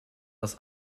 das